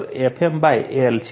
તેથી H Fm l છે